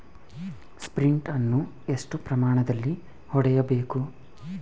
Sprint ಅನ್ನು ಎಷ್ಟು ಪ್ರಮಾಣದಲ್ಲಿ ಹೊಡೆಯಬೇಕು?